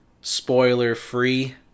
spoiler-free